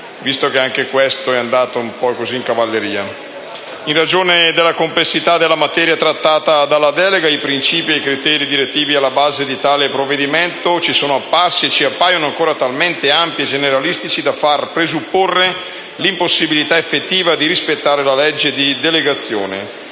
Ma anche questo è andato in cavalleria. In ragione della complessità della materia trattata dalla delega, i principi e i criteri direttivi alla base di tale provvedimento ci sono apparsi e ci appaiono ancora talmente ampi e generalistici da far presupporre l'impossibilità effettiva di rispettare la legge di delegazione,